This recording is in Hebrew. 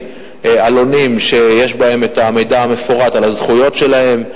עלונים שיש בהם מידע מפורט על הזכויות שלהם,